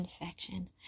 infection